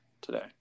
today